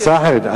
הצעה אחרת.